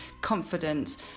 confidence